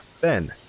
Ben